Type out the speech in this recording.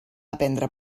aprendre